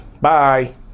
bye